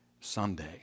Sunday